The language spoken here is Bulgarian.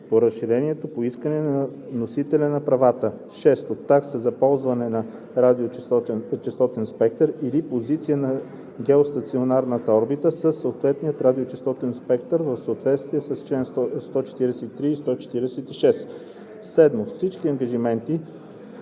по разрешението по искане на носителя на правата; 6. такса за ползване на радиочестотен спектър или позиция на геостационарната орбита със съответния радиочестотен спектър в съответствие с чл. 143 и 146; 7. всички ангажименти